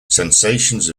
sensations